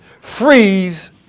freeze